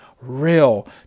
real